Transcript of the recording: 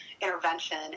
intervention